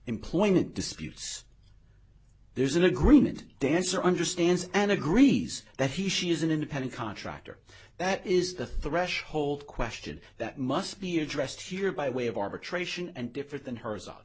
employment disputes there's an agreement dancer understands and agrees that he she is an independent contractor that is the threshold question that must be addressed here by way of arbitration and different than her